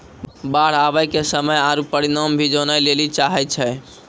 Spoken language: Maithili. बाढ़ आवे के समय आरु परिमाण भी जाने लेली चाहेय छैय?